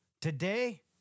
Today